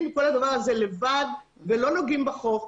עם כל הדבר הזה לבד ולא נוגעים בחוף.